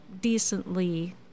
decently